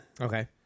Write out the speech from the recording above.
Okay